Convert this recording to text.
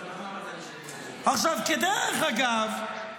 עכשיו, כדרך אגב,